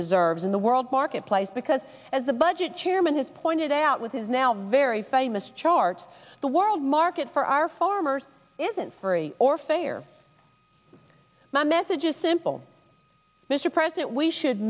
deserves in the world marketplace because as the budget chairman has pointed out with his now a very fine chart the world market for our farmers isn't free or fair my message is simple mr president we should